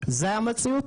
זה המציאות,